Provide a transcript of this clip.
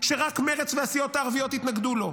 שרק מרצ והסיעות הערביות התנגדו לו?